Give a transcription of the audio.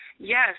Yes